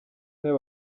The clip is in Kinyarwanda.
nawe